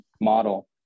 model